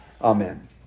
Amen